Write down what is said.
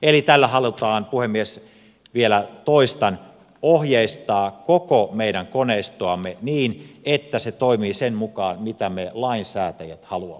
eli tällä halutaan puhemies vielä toistan ohjeistaa koko meidän koneistoamme niin että se toimii sen mukaan mitä me lainsäätäjät haluamme